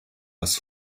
was